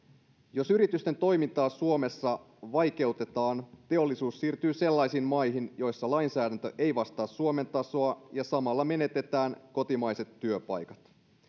jos yritysten toimintaa suomessa vaikeutetaan teollisuus siirtyy sellaisiin maihin joissa lainsäädäntö ei vastaa suomen tasoa samalla menetetään kotimaiset työpaikat